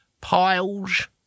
piles